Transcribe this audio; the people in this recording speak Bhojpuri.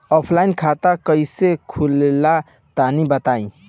ऑफलाइन खाता कइसे खुलेला तनि बताईं?